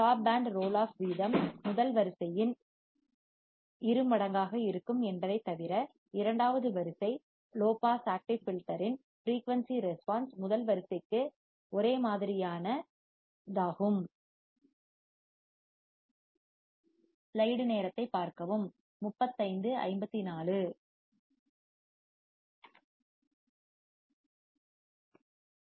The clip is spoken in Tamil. ஸ்டாப் பேண்ட் ரோல் ஆஃப் வீதம் முதல் வரிசையின் ஃபஸ்ட் ஆர்டர் இரு மடங்காக இருக்கும் என்பதைத் தவிர இரண்டாவது வரிசை second order low pass active filter இன் ஃபிரீயூன்சி ரெஸ்பான்ஸ் முதல் வரிசைக்கு ஃபஸ்ட் ஆர்டர் ஒரே மாதிரியான identical ஐடெண்டிகல் தாகும்